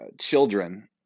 children